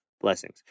Blessings